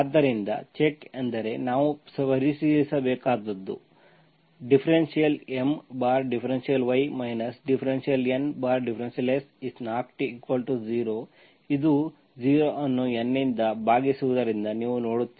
ಆದ್ದರಿಂದ ಚೆಕ್ಎಂದರೆ ನಾವು ಪರಿಶೀಲಿಸಬೇಕಾದದ್ದು ∂M∂y ∂N∂x≠0 ಇದು 0 ಅನ್ನು N ನಿಂದ ಭಾಗಿಸದಿರುವುದನ್ನು ನೀವು ನೋಡುತ್ತೀರಿ